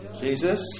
Jesus